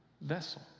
vessel